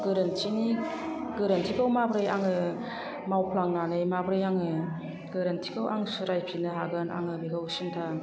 गोरोन्थिनि गोरोन्थिखौ माबोरै आङो मावफ्लांनानै माबोरै आङो गोरोन्थिखौ आं सुद्रायफिननो हागोन आङो बेखौ सिन्ता